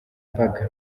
mbaga